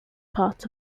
part